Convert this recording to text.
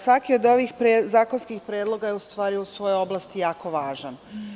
Svaki od ovih zakonskih predloga je, u stvari, u svojoj oblasti jako važan.